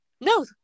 No